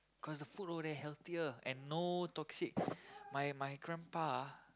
cause the food all there healthier and no toxic my my grandpa ah